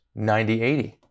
9080